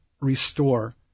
restore